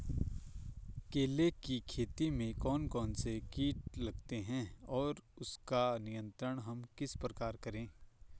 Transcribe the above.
केले की खेती में कौन कौन से कीट लगते हैं और उसका नियंत्रण हम किस प्रकार करें?